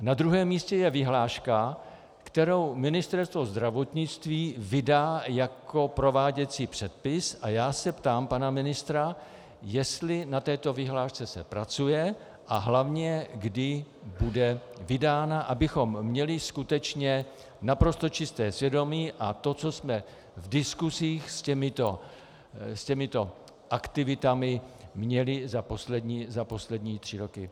Na druhém místě je vyhláška, kterou Ministerstvo zdravotnictví vydá jako prováděcí předpis, a já se ptám pana ministra, jestli se na této vyhlášce pracuje, a hlavně, kdy bude vydána, abychom měli skutečně naprosto čisté svědomí, a to, co jsme v diskusích s těmito aktivitami měli za poslední tři roky.